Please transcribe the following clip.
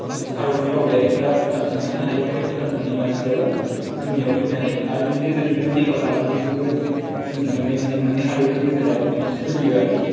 मानि भारतनि दावबायारिफोरा भुटानसिम थांनो हायो आरो भुटाननि मानसिफ्राबो जोंनिआव फैनो हायो आरो बेनि गेजेरजोंनो बेफार फालांगिफोरबो जों मोन्नै मानि मोन्नै हादरनि गेजेरआव मानि सोलियो आरखि